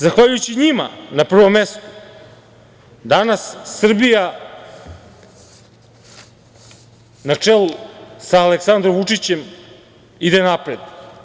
Zahvaljujući njima, na prvom mestu, danas Srbija, na čelu sa Aleksandrom Vučićem, ide napred.